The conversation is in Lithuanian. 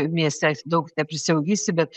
mieste daug neprisiaugysi bet